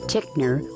Tickner